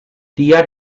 dia